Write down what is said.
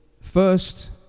First